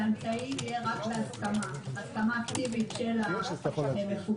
שהאמצעי יהיה רק בהסכמה אקטיבית של המפוקח,